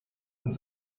und